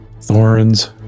Thorns